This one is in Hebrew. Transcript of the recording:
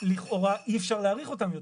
שלכאורה אי אפשר להאריך אותם יותר.